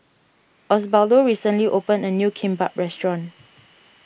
Osbaldo recently opened a new Kimbap restaurant